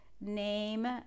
name